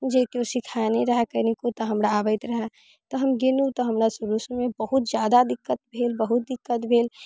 जे केओ सीखेने रहे कनिको तऽ हमरा आबैत रहै तऽ हम गेलहुँ तऽ हमरा शुरू शुरूमे बहुत जादा दिक्कत भेल बहुत दिक्कत भेल